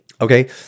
Okay